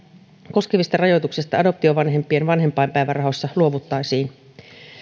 koskevista rajoituksista adoptiovanhempien vanhempainpäivärahoissa luovuttaisiin